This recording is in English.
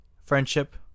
friendship